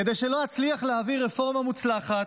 כדי שלא אצליח להעביר רפורמה מוצלחת,